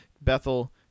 Bethel